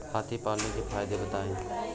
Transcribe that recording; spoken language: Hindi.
हाथी पालने के फायदे बताए?